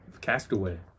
Castaway